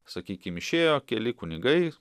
sakykim išėjo keli kunigai